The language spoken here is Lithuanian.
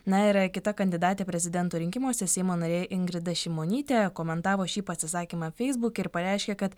na yra kita kandidatė prezidento rinkimuose seimo narė ingrida šimonytė komentavo šį pasisakymą feisbuke ir pareiškė kad